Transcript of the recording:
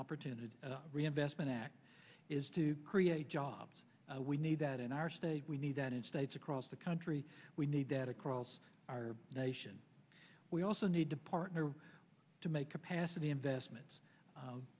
opportunity reinvestment act is to create jobs we need that in our state we need that in states across the country we need that across our nation we also need to partner to make capacity investments